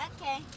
Okay